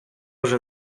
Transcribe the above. вже